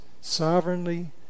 sovereignly